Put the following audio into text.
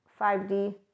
5D